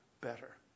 better